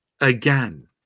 again